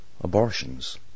abortions